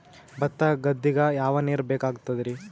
ಭತ್ತ ಗದ್ದಿಗ ಯಾವ ನೀರ್ ಬೇಕಾಗತದರೀ?